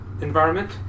environment